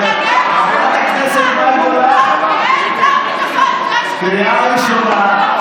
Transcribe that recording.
חברת הכנסת מאי גולן, קריאה ראשונה.